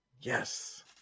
Yes